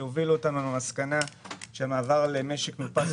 שהובילו אותנו למסקנה שהמעבר למשק מאופס